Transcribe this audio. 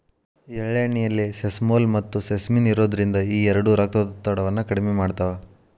ಎಳ್ಳೆಣ್ಣೆಯಲ್ಲಿ ಸೆಸಮೋಲ್, ಮತ್ತುಸೆಸಮಿನ್ ಇರೋದ್ರಿಂದ ಈ ಎರಡು ರಕ್ತದೊತ್ತಡವನ್ನ ಕಡಿಮೆ ಮಾಡ್ತಾವ